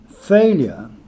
Failure